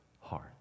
heart